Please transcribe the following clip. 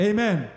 Amen